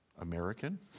American